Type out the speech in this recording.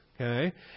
okay